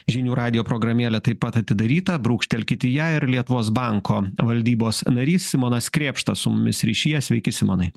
žinių radijo programėlė taip pat atidaryta brūkštelkit į ją ir lietuvos banko valdybos narys simonas krėpšta su mumis ryšyje sveiki simonai